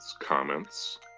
comments